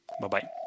Bye-bye